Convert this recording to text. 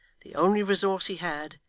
the only resource he had,